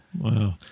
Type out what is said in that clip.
Wow